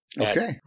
Okay